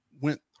went